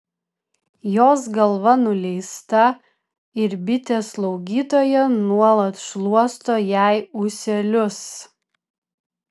jos galva nuleista ir bitė slaugytoja nuolat šluosto jai ūselius